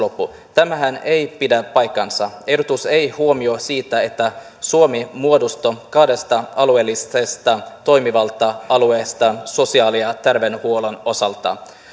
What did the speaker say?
tämähän ei pidä paikkaansa ehdotus ei huomioi sitä että suomi muodostuu kahdesta alueellisesta toimivalta alueesta sosiaali ja terveydenhuollon osalta